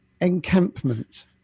encampment